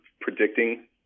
predicting